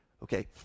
Okay